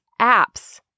apps